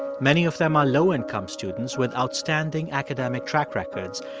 many of them are low-income students with outstanding academic track records.